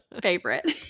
favorite